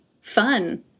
fun